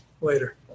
later